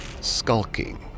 skulking